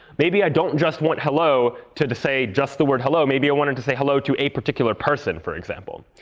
maybe i don't just want hello to to say just the word hello. maybe i want it and to say hello to a particular person, for example.